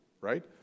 right